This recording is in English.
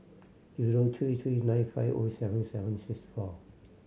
zero three three nine five O seven seven six four